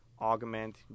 augment